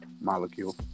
molecule